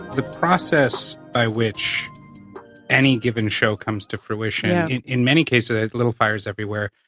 the process by which any given show comes to fruition, yeah in many cases like little fires everywhere,